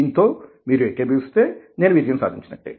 దీనితో మీరు ఏకీభవిస్తే నేను విజయం సాధించినట్లే